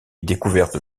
découverte